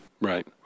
Right